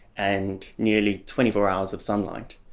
and nearly twenty four hours of sunlight.